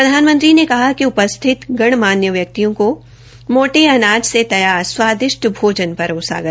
प्रधानमंत्री ने कहा कि उपस्थित गणमान्य व्यक्तियों को मोटे अनाज से तैयार स्वादिष्ट भोजन परोसा गया